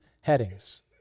headings